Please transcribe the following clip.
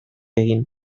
egin